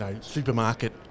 supermarket